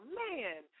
man